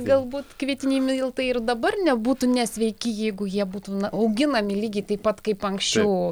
galbūt kvietiniai miltai ir dabar nebūtų nesveiki jeigu jie būtų na auginami lygiai taip pat kaip anksčiau